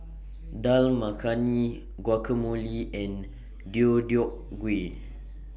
Dal Makhani Guacamole and Deodeok Gui